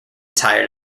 tired